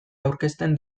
aurkezten